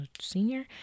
senior